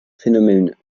phénomène